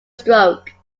stroke